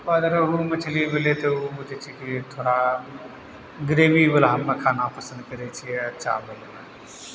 अपन अगर उ मछली भेलय तऽ उ जे छै कि थोड़ा ग्रेवीवला मे खाना पसन्द करय छियै आओर चावलमे